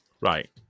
Right